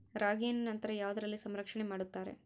ರಾಗಿಯನ್ನು ನಂತರ ಯಾವುದರಲ್ಲಿ ಸಂರಕ್ಷಣೆ ಮಾಡುತ್ತಾರೆ?